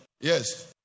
Yes